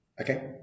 Okay